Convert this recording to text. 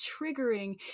triggering